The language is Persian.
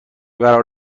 قرار